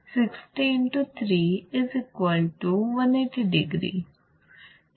60 into 3 180 degree